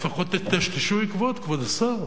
לפחות תטשטשו עקבות, כבוד השר,